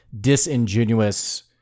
disingenuous